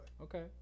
Okay